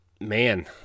man